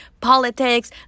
politics